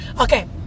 Okay